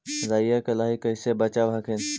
राईया के लाहि कैसे बचाब हखिन?